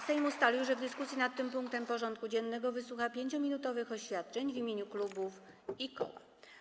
Sejm ustalił, że w dyskusji nad tym punktem porządku dziennego wysłucha 5-minutowych oświadczeń w imieniu klubów i koła.